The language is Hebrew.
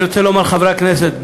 אני רוצה לומר לחברי הכנסת,